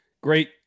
Great